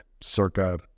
circa